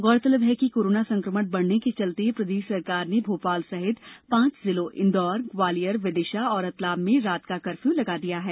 गौरतलब है कि कोरोना संक्रमण बढने के चलते प्रदेश सरकार ने भोपाल सहित पांच जिलों इंदौर ग्वालियर विदिशा और रतलाम में रात का कर्फ्यू लगा दिया है